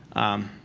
um,